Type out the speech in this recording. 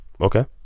Okay